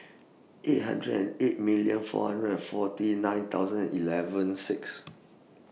eight hundred and eight million four hundred and forty nine thousand eleven six